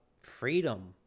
freedom